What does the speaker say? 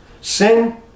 Sin